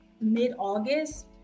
mid-august